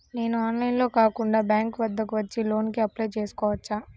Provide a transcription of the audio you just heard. నేను ఆన్లైన్లో కాకుండా బ్యాంక్ వద్దకు వచ్చి లోన్ కు అప్లై చేసుకోవచ్చా?